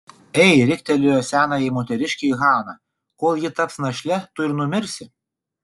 ei riktelėjo senajai moteriškei hana kol ji taps našle tu ir numirsi